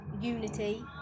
unity